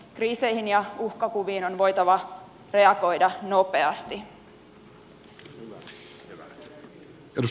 kriiseihin ja uhkakuviin on voitava reagoida nopeasti